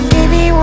Baby